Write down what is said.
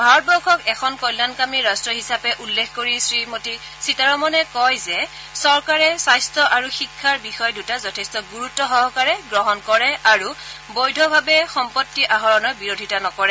ভাৰতবৰ্ষক এখন কল্যাণকামী ৰাট্ট হিচাপে উল্লেখ কৰি শ্ৰীমতী সীতাৰমণে কয় যে চৰকাৰে স্বাস্থ্য আৰু শিক্ষাৰ বিষয় দূটা যথেষ্ট গুৰুত্ব সহকাৰে গ্ৰহণ কৰে আৰু বৈধভাৱে সম্পত্তি আহৰণৰ বিৰোধিতা নকৰে